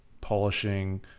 polishing